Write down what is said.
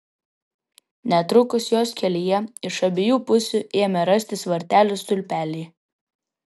netrukus jos kelyje iš abiejų pusių ėmė rastis vartelių stulpeliai